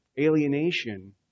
alienation